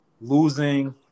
losing